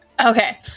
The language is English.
Okay